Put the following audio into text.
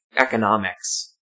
economics